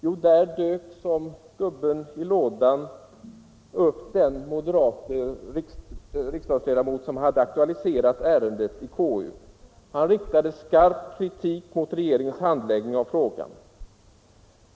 Jo, som gubben i lådan dök då upp den moderate riksdagsledamot som hade aktualiserat ärendet i konstitutionsutskottet, och han riktade en skarp kritik mot regeringens handläggning av frågan.